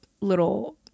little